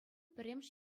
пӗрремӗш